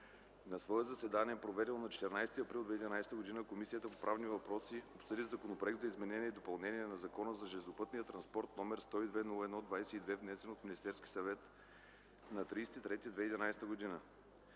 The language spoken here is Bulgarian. На свое заседание, проведено на 14 април 2011 г., Комисията по правни въпроси обсъди Законопроект за изменение и допълнение на Закона за железопътния транспорт, № 102-01-22, внесен от Министерския съвет на 30 март 2011 г.